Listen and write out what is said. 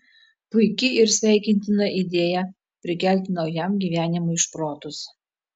puiki ir sveikintina idėja prikelti naujam gyvenimui šprotus